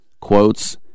Quotes